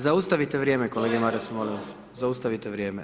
Zaustavite vrijeme kolegi Marasu, molim vas, zaustavite vrijeme.